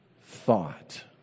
thought